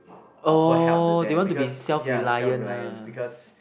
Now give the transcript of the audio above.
offer help to them because ya self reliance because